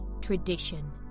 Tradition